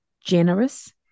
generous